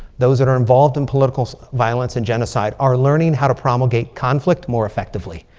those that are involved in political violence and genocide are learning how to promulgate conflict more effectively.